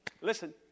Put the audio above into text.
listen